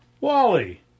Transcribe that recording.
Wally